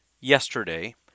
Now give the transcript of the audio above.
yesterday